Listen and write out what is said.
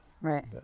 Right